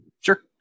Sure